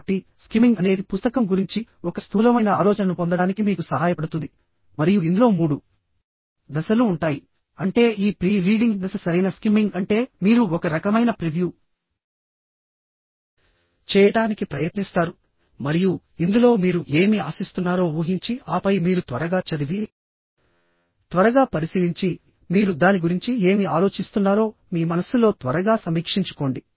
కాబట్టి స్కిమ్మింగ్ అనేది పుస్తకం గురించి ఒక స్థూలమైన ఆలోచనను పొందడానికి మీకు సహాయపడుతుంది మరియు ఇందులో మూడు దశలు ఉంటాయి అంటే ఈ ప్రీ రీడింగ్ దశ సరైన స్కిమ్మింగ్ అంటే మీరు ఒక రకమైన ప్రివ్యూ చేయడానికి ప్రయత్నిస్తారు మరియు ఇందులో మీరు ఏమి ఆశిస్తున్నారో ఊహించి ఆపై మీరు త్వరగా చదివి త్వరగా పరిశీలించి మీరు దాని గురించి ఏమి ఆలోచిస్తున్నారో మీ మనస్సులో త్వరగా సమీక్షించుకోండి